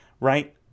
right